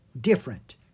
different